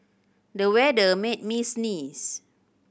the weather made me sneeze